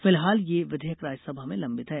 फिलहाल यह विधेयक राज्यसभा में लंबित है